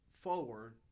forward